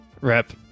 Rep